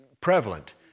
Prevalent